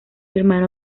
hermano